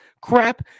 crap